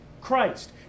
Christ